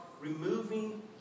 removing